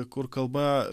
kur kalba